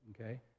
okay